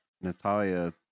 Natalia